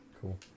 Cool